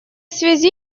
связи